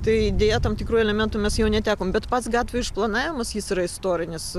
tai deja tam tikrų elementų mes jau netekom bet pats gatvių išplanavimas jis yra istorinis